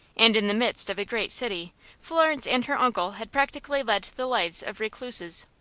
and in the midst of a great city florence and her uncle had practically led the lives of recluses.